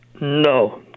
No